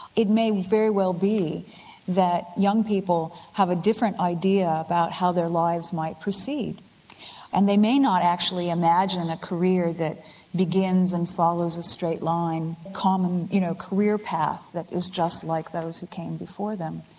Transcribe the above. it may very well be that young people have a different idea about how their lives might proceed and they may not actually imagine and a career that begins and follows a straight line, a you know career path that is just like those who came before them.